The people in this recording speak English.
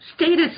status